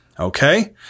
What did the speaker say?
Okay